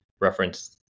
reference